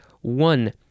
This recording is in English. One